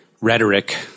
rhetoric